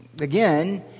again